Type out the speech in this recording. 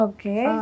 Okay